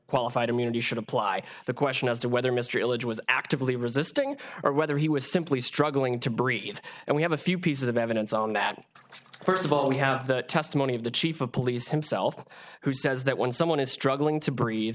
qualified immunity should apply the question as to whether mr religion was actively resisting or whether he was simply struggling to breathe and we have a few pieces of evidence on that first of all we have the testimony of the chief of police himself who says that when someone is struggling to breathe